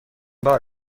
بار